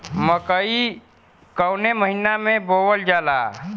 मकई कवने महीना में बोवल जाला?